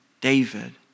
David